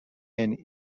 and